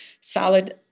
solid